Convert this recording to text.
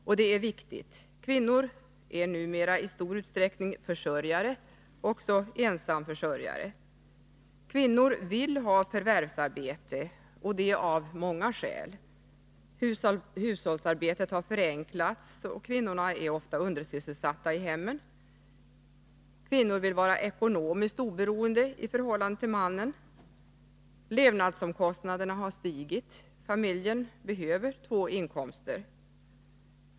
Och det är viktigt. Kvinnor är numera i stor utsträckning försörjare, även ensamförsörjare. Kvinnor vill ha förvärvsarbete — av många skäl. Hushållsarbetet har förenklats. Kvinnor är ofta undersysselsatta i hemmen. Kvinnor vill vara ekonomiskt oberoende i förhållande till mannen. Levnadsomkostnaderna har stigit. Familjen behöver två inkomster.